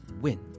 win